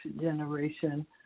generation